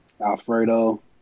Alfredo